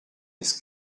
his